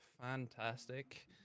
fantastic